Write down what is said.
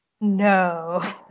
No